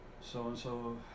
so-and-so